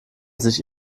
sich